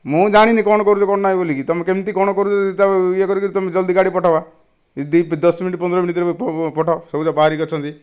ମୁଁ ଜାଣିନି କ'ଣ କରୁଛ କ'ଣ ନାହିଁ ବଳିକି ତୁମେ କେମିତି କ'ଣ କରୁଛ ୟେ କରିକି ତୁମେ ଜଲ୍ଦି ଗାଡ଼ି ପଠାଓ ବା ଦଶ ମିନିଟ ପନ୍ଦର ମିନିଟ ଭିତରେ ପଠାଓ ସବୁ ଯାକ ବାହରିକି ଅଛନ୍ତି